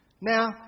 Now